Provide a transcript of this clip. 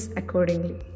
accordingly